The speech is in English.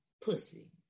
pussy